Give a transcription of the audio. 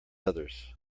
others